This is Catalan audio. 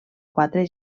quatre